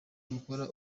gukora